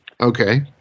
Okay